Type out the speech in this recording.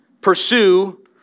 Pursue